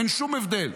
אין שום הבדל.